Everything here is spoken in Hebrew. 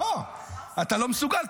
אתה לא מסוגל,